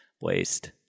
Waste